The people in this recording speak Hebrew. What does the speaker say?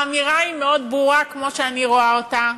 האמירה היא מאוד ברורה, כמו שאני רואה אותה,